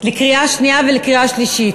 לקריאה שנייה ולקריאה שלישית.